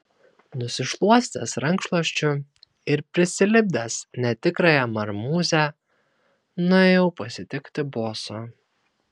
nusišluostęs rankšluosčiu ir prisilipdęs netikrąją marmūzę nuėjau pasitikti boso